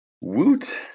Woot